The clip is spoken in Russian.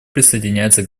присоединяется